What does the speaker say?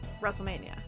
WrestleMania